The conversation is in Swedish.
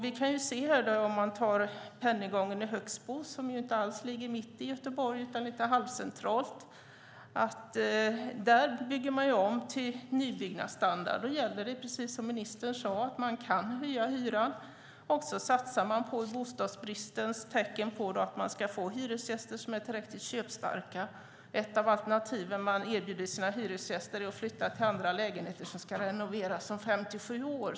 Vi kan ta Pennygången i Högsbo, som inte alls ligger mitt i Göteborg utan lite halvcentralt. Där bygger man om till nybyggnadsstandard. Då gäller det, precis som ministern sade, att man kan höja hyran. I bostadsbristens tecken satsar man på att få hyresgäster som är tillräckligt köpstarka. Ett av alternativen man erbjuder sina hyresgäster är att flytta till andra lägenheter som ska renoveras om 5-7 år.